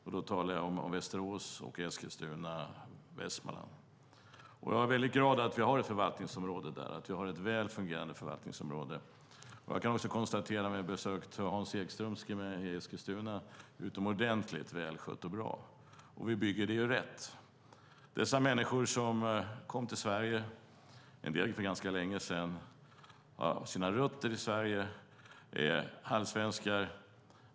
Jag talar då om Västerås, Eskilstuna och Västmanland. Jag är väldigt glad att vi där har ett väl fungerande förvaltningsområde. Jag kan också konstatera när jag har besökt Hans Ekström i Eskilstuna att det är utomordentligt välskött och bra. Vi bygger det rätt. Dessa människor kom till Sverige, och en del för ganska länge sedan. De har sina rötter i Sverige och är halvsvenskar.